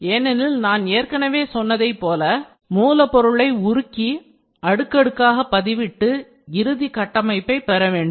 ஏனெனில் நான் ஏற்கனவே சொன்னதை போல மூலப்பொருளை உருக்கி அடுக்கடுக்காக பதிவிட்டு இறுதி கட்டமைப்பைப் பெற வேண்டும்